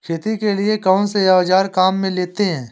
खेती के लिए कौनसे औज़ार काम में लेते हैं?